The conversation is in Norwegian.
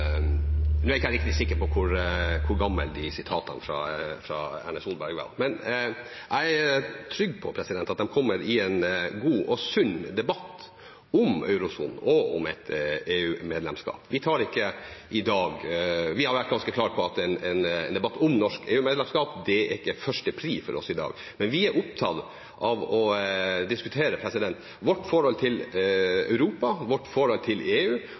Nå er ikke jeg riktig sikker på hvor gamle de sitatene fra Erna Solberg er. Jeg er trygg på at de kommer i en god og sunn debatt om eurosonen og om et EU-medlemskap. Vi har vært ganske klare på at en debatt om norsk EU-medlemskap ikke er førsteprioritet for oss i dag, men vi er opptatt av å diskutere vårt forhold til Europa og vårt forhold til EU,